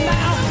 now